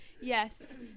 Yes